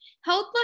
health